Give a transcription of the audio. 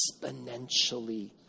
exponentially